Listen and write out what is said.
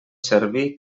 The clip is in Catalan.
servir